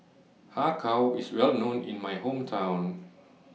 Har Kow IS Well known in My Hometown